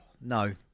No